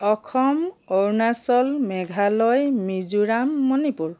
Assam Arunachal Meghalaya Mizoram Manipur